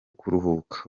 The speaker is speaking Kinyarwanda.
kuruhuka